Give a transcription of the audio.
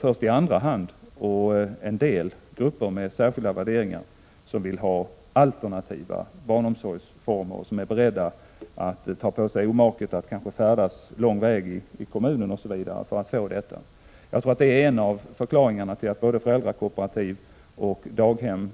Först i andra hand vill en del, grupper med särskilda värderingar, ha alternativa barnomsorgsformer och är beredda att ta på sig omaket att färdas långa vägar i kommunen för att få det. Jag tror detta är en av förklaringarna till att både föräldrakooperativ och daghem